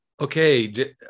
okay